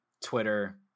Twitter